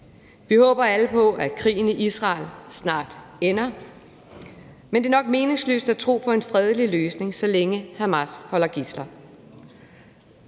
Vi håber alle på, at krigen snart ender, men det er nok meningsløst at tro på en fredelig løsning, så længe Hamas holder gidsler.